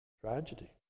Tragedy